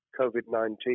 COVID-19